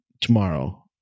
tomorrow